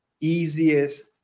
easiest